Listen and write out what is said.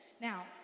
Now